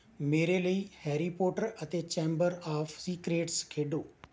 ਮੇਰੇ ਲਈ Harry Potter ਅਤੇ ਚੈਂਬਰ ਆਫ਼ ਸੀਕਰੇਟਸ ਖੇਡੋ